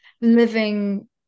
living